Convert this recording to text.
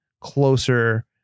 closer